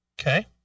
Okay